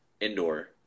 indoor